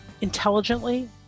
intelligently